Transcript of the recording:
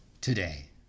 today